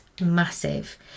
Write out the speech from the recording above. massive